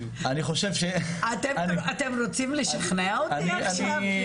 אתם רוצים לשכנע אותי עכשיו?